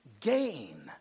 gain